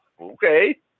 Okay